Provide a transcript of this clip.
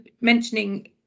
mentioning